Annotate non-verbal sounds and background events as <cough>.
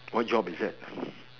what job is that <breath>